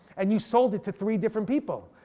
and you sold it to three different people.